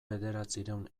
bederatziehun